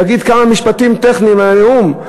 להגיד כמה משפטים טכניים בנאום.